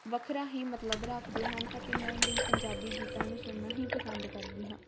ਵੱਖਰਾ ਹੀ ਮਤਲਬ ਰੱਖਦੇ ਹਨ ਅਤੇ ਮੈਂ ਵੀ ਪੰਜਾਬੀ ਗੀਤਾਂ ਨੂੰ ਸੁਣਨਾ ਹੀ ਪਸੰਦ ਕਰਦੀ ਹਾਂ